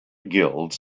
guilds